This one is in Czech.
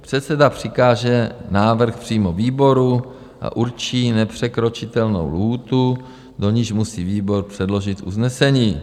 Předseda přikáže návrh přímo výboru a určí nepřekročitelnou lhůtu, do níž musí výbor předložit usnesení.